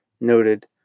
Noted